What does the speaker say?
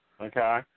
Okay